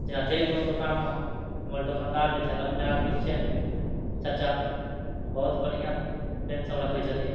जेना चलि गेलहुॅं दोकानमे हमर दोकानदार जे छथि अपने आदमी छथि चचा बहुत बढ़िऑं पेन सब रखै छथिन